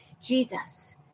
Jesus